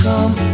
Come